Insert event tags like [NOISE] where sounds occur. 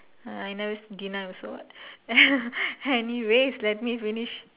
I know it's dinner also what [LAUGHS] anyways let me finish